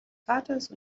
vaters